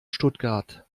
stuttgart